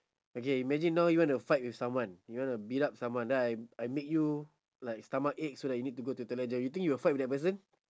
okay imagine now you wanna fight with someone you wanna beat up someone then I I make you like stomachache so that you need to go to toilet ah do you think you will fight with that person